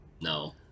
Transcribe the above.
No